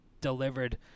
delivered